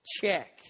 Check